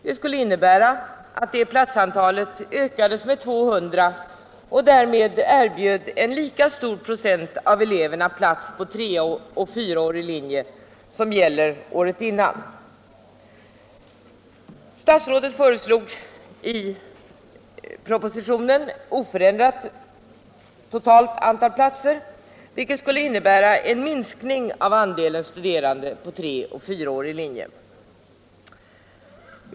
Det skulle innebära att platsantalet ökades med 200 och att man därmed erbjöd en lika stor procent av eleverna plats på treoch fyraårig linje som gällt året innan.